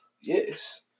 Yes